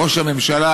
ראש הממשלה,